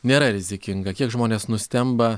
nėra rizikinga kiek žmonės nustemba